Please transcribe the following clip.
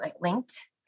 linked